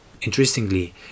Interestingly